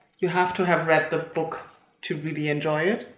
you have to have read the book to really enjoy it.